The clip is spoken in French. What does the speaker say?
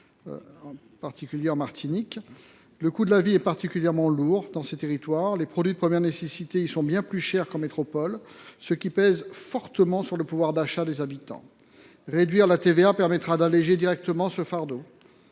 notamment en Martinique. Le coût de la vie est particulièrement élevé dans ces territoires. Les produits de première nécessité y sont bien plus chers qu’en métropole, ce qui pèse fortement sur le pouvoir d’achat des habitants. Deuxièmement, la réduction de TVA permettra d’alléger immédiatement ce fardeau.